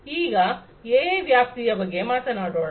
ಈಗ ಎಐ ನ ವ್ಯಾಪ್ತಿಯ ಬಗ್ಗೆ ಮಾತನಾಡೋಣ